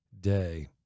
day